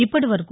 ఇప్పటివరకు